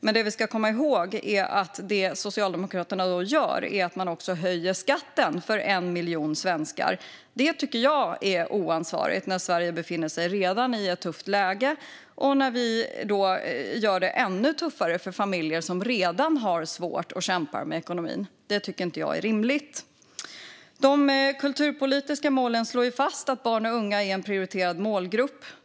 Men det vi ska komma ihåg är att det Socialdemokraterna gör är att man höjer skatten för 1 miljon svenskar. Det tycker jag är oansvarigt när Sverige redan befinner sig i ett tufft läge. Det blir ännu tuffare för de familjer som redan har svårt och kämpar med ekonomin. Det tycker inte jag är rimligt. De kulturpolitiska målen slår fast att barn och unga är en prioriterad målgrupp.